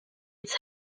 its